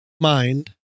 mind